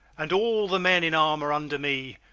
and all the men in armour under me,